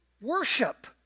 worship